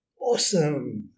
Awesome